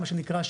מה שנקרא,